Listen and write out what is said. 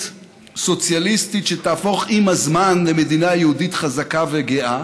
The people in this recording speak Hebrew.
סוציאליסטית שתהפוך עם הזמן למדינה יהודית חזקה וגאה,